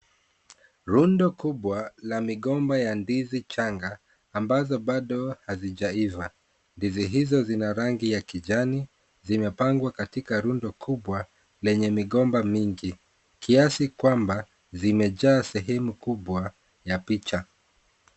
Rundo kubwa la migomba ya ndizi changa ambazo bado hazijaiva. Ndizi hizo zina rangi ya kijani. Zimepangwa katika rundo kubwa lenye migomba mingi kiasi kwamba zimejaa sehemu kubwa ya picha.